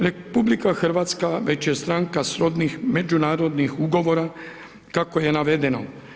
RH već je stranka srodnih međunarodnih ugovora kako je navedeno.